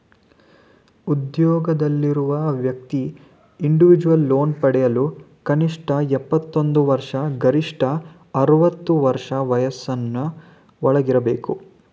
ಉದ್ಯೋಗದಲ್ಲಿರುವ ವ್ಯಕ್ತಿ individual loan ಪಡೆಯಲು ಕನಿಷ್ಠ ಇಪ್ಪತ್ತೊಂದು ವರ್ಷ ಗರಿಷ್ಠ ಅರವತ್ತು ವರ್ಷ ವಯಸ್ಸಿನ ಒಳಗಿರಬೇಕು